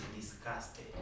disgusted